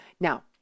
now